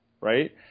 right